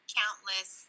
countless